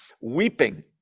Weeping